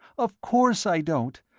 of course i don't.